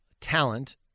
talent